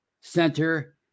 center